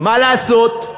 מה לעשות?